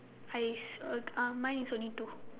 I s~ uh mine is only two